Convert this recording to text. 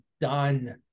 done